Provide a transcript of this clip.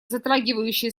затрагивающие